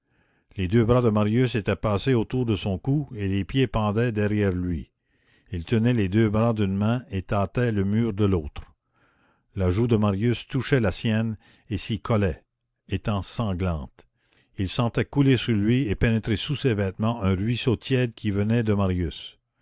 les deux bras de marius étaient passés autour de son cou et les pieds pendaient derrière lui il tenait les deux bras d'une main et tâtait le mur de l'autre la joue de marius touchait la sienne et s'y collait étant sanglante il sentait couler sur lui et pénétrer sous ses vêtements un ruisseau tiède qui venait de marius